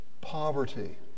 poverty